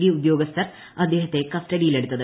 D ഉദ്യോഗസ്ഥർ അദ്ദേഹത്തെ കസ്റ്റഡിയിലെടുത്തത്